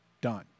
done